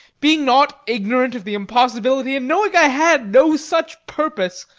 being not ignorant of the impossibility, and knowing i had no such purpose?